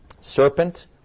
serpent